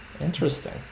Interesting